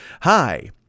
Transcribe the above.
Hi